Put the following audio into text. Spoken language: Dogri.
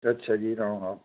अच्छा जी राम राम